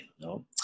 No